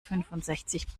fünfundsechzig